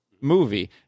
movie